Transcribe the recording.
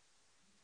אנשים?